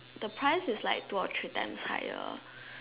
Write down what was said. the price is like two or three times higher